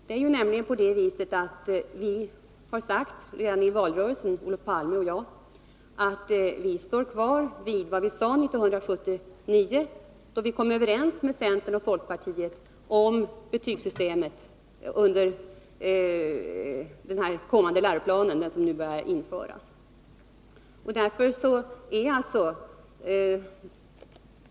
Det är nämligen så att Olof Palme och jag redan i valrörelsen sade att det socialdemokratiska partiet står kvar vid vad vi sade 1979, då vi kom överens med centern och folkpartiet om betygssystemet i den läroplan som nu börjar införas.